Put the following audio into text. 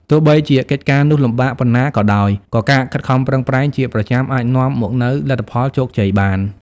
ទោះបីជាកិច្ចការនោះលំបាកប៉ុណ្ណាក៏ដោយ ក៏ការខិតខំប្រឹងប្រែងជាប្រចាំអាចនាំមកនូវលទ្ធផលជោគជ័យបាន។